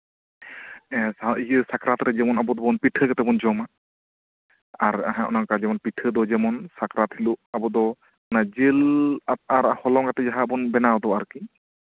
ᱮᱸᱜ ᱤᱭᱟᱹ ᱥᱟᱠᱨᱟᱛ ᱨᱮ ᱡᱮᱢᱚᱱ ᱟᱵᱚ ᱫᱚ ᱯᱤᱴᱷᱟᱹ ᱠᱟᱛᱮᱫ ᱵᱚᱱ ᱡᱚᱢᱟ ᱟᱨ ᱦᱚᱸᱜᱼᱚ ᱱᱚᱝᱠᱟ ᱯᱤᱴᱷᱟᱹ ᱫᱚ ᱡᱮᱢᱚᱱ ᱥᱟᱠᱨᱟᱛ ᱦᱤᱞᱳᱜ ᱟᱵᱚ ᱫᱚ ᱚᱱᱟ ᱡᱤᱞ ᱟᱨ ᱦᱚᱞᱚᱝᱟᱛᱮ ᱡᱟᱦᱟᱸ ᱵᱚᱱ ᱵᱮᱱᱟᱣ ᱫᱚ ᱟᱨᱠᱤ